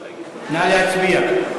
נא להצביע.